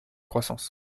croissance